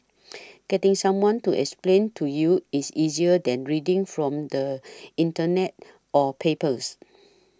getting someone to explain to you is easier than reading from the Internet or papers